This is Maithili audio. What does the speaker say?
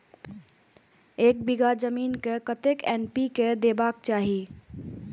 एक बिघा जमीन में कतेक एन.पी.के देबाक चाही?